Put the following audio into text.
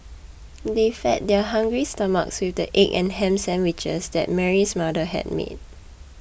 they fed their hungry stomachs with the egg and ham sandwiches that Mary's mother had made